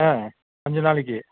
ஆ அஞ்சு நாளைக்கு